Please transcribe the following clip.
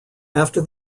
after